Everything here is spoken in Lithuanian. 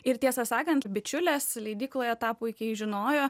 ir tiesą sakant bičiulės leidykloje tą puikiai žinojo